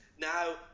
now